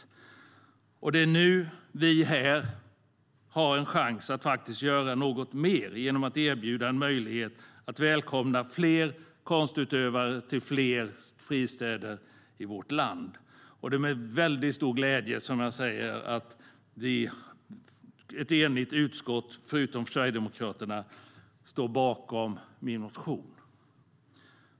Här och nu har vi en chans att göra mer genom att erbjuda en möjlighet att välkomna fler konstutövare till fler fristäder i vårt land. Jag känner stor glädje över att hela utskottet, med undantag för Sverigedemokraterna, står bakom min motion.